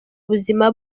ubuzima